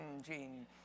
gene